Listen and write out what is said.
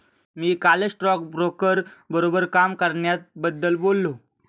मी कालच स्टॉकब्रोकर बरोबर काम करण्याबद्दल बोललो